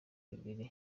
bibiri